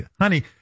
Honey